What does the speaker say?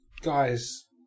guys